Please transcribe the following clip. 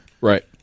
Right